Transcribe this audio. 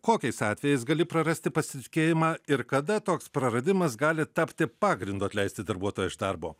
kokiais atvejais gali prarasti pasitikėjimą ir kada toks praradimas gali tapti pagrindu atleisti darbuotoją iš darbo